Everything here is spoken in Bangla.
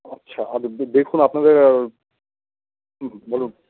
আচ্ছা আগে দেখুন আপনাদের হুম বলুন